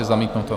Zamítnuto.